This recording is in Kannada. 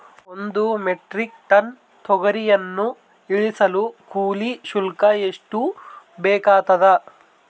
ಒಂದು ಮೆಟ್ರಿಕ್ ಟನ್ ತೊಗರಿಯನ್ನು ಇಳಿಸಲು ಕೂಲಿ ಶುಲ್ಕ ಎಷ್ಟು ಬೇಕಾಗತದಾ?